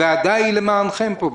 הוועדה היא למענכם פה בעצם.